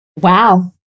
wow